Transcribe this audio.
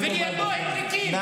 אתה צריך להיות בכלא, בכלא, עם